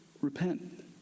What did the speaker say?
Repent